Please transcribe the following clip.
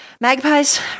magpies